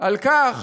על כך